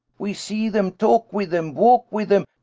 we see them, talk with them, walk with them!